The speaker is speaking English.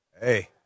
Hey